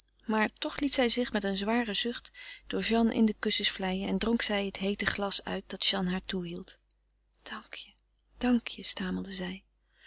maar toch liet zij zich met een zwaren zucht door jeanne in de kussens vlijen en dronk zij het heete glas uit dat jeanne haar toehield dank je dank je stamelde zij